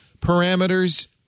parameters